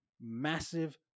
massive